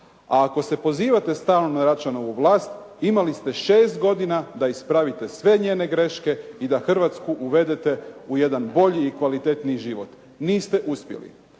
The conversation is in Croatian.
A ako se pozivate stalno na Račanovu vlast imali ste 6 godina da ispravite sve njene greške i da Hrvatsku uvedete u jedan bolji i kvalitetniji život. Niste uspjeli.